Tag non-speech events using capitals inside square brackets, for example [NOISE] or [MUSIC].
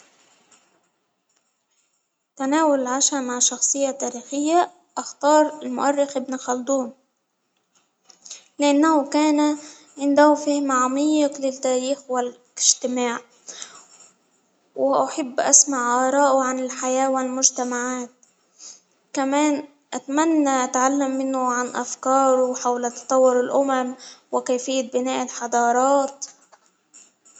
تناول [NOISE] عشا مع شخصية تاريخية أختار المؤرخ ابن خلدون، لإنه كان عنده فهم عميق للتاريخ وال إجتماع، وأحب أسمع أراءه عن الحياة والمجتمعات، كمان أتمنى أتعلم منه عن أفكاره حول تطور الأمم وكيفية بناء الحضارات.